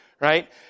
right